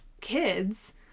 kids